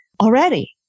already